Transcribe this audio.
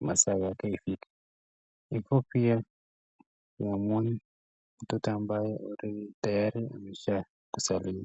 masaa yake ifike, hapo pia tunamuona mtoto ambaye tayari amesha kuzaliwa.